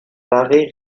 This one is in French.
paraît